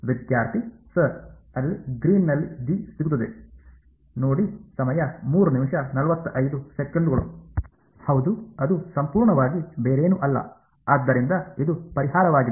ವಿದ್ಯಾರ್ಥಿ ಸರ್ ಅಲ್ಲಿ ಗ್ರೀನ್ನಲ್ಲಿ ಜಿ ಸಿಗುತ್ತದೆ ಹೌದು ಅದು ಸಂಪೂರ್ಣವಾಗಿ ಬೇರೇನೂ ಅಲ್ಲ ಆದ್ದರಿಂದ ಇದು ಪರಿಹಾರವಾಗಿದೆ